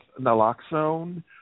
naloxone